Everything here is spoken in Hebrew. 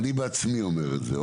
בעצמי אומר את זה,